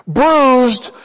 bruised